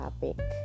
topic